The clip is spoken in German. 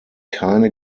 keine